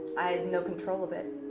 i had no control of it.